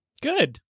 good